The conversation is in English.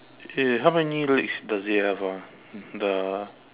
eh how many legs does it have ah the